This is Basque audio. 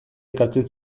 ekartzen